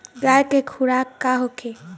गाय के खुराक का होखे?